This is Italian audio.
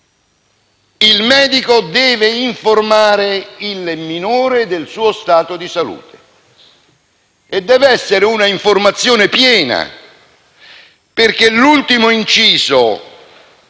Il medico deve cioè informare il minore del suo stato di salute e deve essere un'informazione piena perché l'ultimo inciso